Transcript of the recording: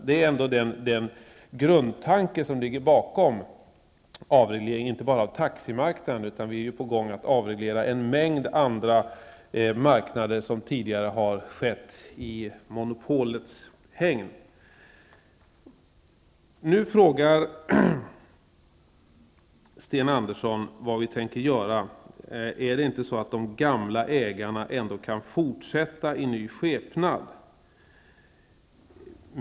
Det är den grundtanke som ligger bakom avregleringen inte bara av taximarknaden, utan vi är ju på gång att avreglera en mängd andra verksamheter som tidigare har bedrivts i form av monopol. Nu frågar Sten Andersson vad vi tänker göra. Är det inte så att de gamla ägarna ändå kan fortsätta i ny skepnad efter en konkurs?